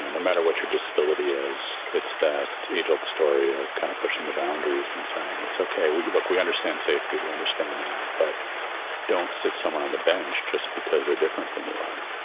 no no matter what your disability is, it's that age old story of kind of pushing the boundaries and saying it's ok. well, you look, we understand safety. we understand that. but don't set someone on the bench just because they're different than you are.